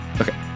Okay